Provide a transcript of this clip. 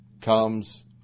comes